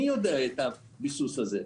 מי יודע את הביסוס הזה?